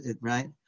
right